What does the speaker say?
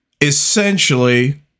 Essentially